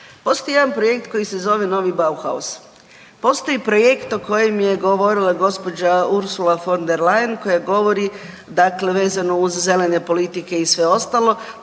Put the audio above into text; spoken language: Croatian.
Postoji jedan projekt koji se zove novi bauhaus, postoji projekt o kojem je govorila gospođa Ursula von der Leyen, koja govori, dakle vezano uz zelene politike i sve ostalo,